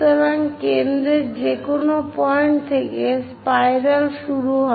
সুতরাং কেন্দ্রের যেকোনো পয়েন্ট থেকে স্পাইরাল শুরু হয়